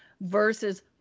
versus